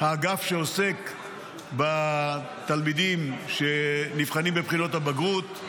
האגף שעוסק בתלמידים שנבחנים בבחינות הבגרות,